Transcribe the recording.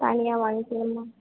தனியாக வாங்கிக்கணுமா